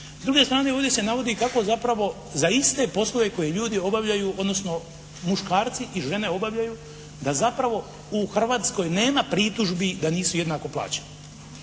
S druge strane ovdje se navodi kako zapravo za iste poslove koje ljudi obavljaju, odnosno muškarci i žene obavljaju da zapravo u Hrvatskoj nema pritužbi da nisu jednako plaćeni.